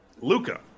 Luca